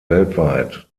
weltweit